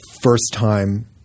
first-time